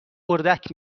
اردک